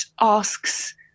asks